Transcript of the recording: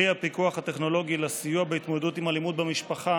כלי הפיקוח הטכנולוגי לסיוע בהתמודדות עם אלימות במשפחה